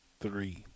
three